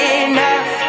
enough